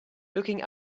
looking